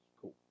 Cool